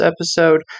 episode